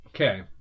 Okay